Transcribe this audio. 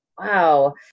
wow